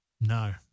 No